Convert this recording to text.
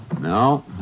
No